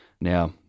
Now